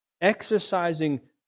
exercising